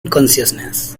consciousness